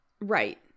Right